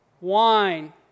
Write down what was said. wine